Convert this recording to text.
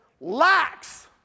lacks